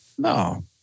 No